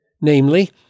namely